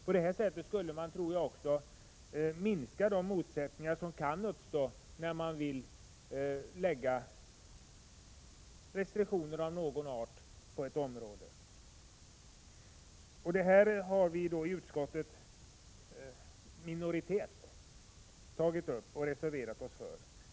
På detta sätt skulle man troligen också kunna minska de motsättningar som kan uppstå när man vill lägga restriktioner av någon art på ett visst område. En minoritet i utskottet har reserverat sig för detta.